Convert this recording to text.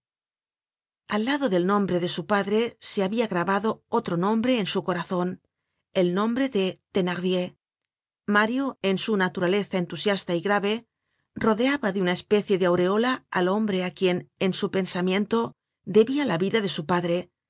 al lado del nombre de su padre se habia grabado otro nombre en su corazon el nombre de thenardier mario en su naturaleza entusiasta y grave rodeaba de una especie de aureola al hombre á quien en su pensamiento debia la vida de su padre